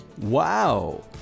Wow